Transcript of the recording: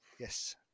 Yes